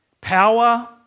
power